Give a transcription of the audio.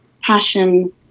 passion